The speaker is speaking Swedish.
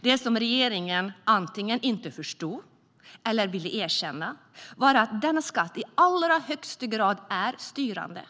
Det som regeringen antingen inte förstod eller inte ville erkänna var att denna skatt i allra högsta grad är styrande.